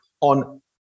on